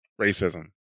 racism